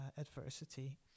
adversity